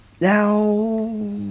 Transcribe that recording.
Now